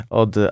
od